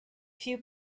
few